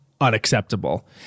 Unacceptable